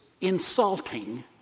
insulting